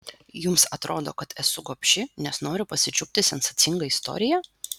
jums atrodo kad esu gobši nes noriu pasičiupti sensacingą istoriją